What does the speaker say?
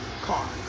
car